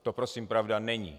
To prosím pravda není.